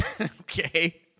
Okay